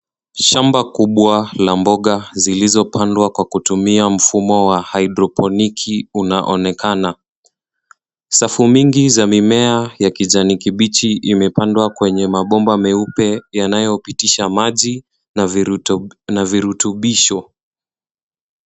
Sham ba kubwa la mboga zilizopandwa kwa kutumia mfumo wa hydroponiki unaonekana safu mingi za mimea ya kijani kibichi imepandwa kwenye mabomba meupe yanayopitisha maji na virutubisho